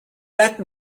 that